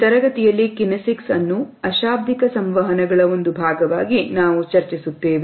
ಈ ತರಗತಿಯಲ್ಲಿ ಕಿನೆಸಿಕ್ಸ್ ಅನ್ನು ಅಶಾಬ್ದಿಕ ಸಂವಹನ ಗಳ ಒಂದು ಭಾಗವಾಗಿ ನಾವು ಚರ್ಚಿಸುತ್ತೇವೆ